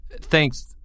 Thanks